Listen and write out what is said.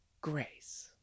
Grace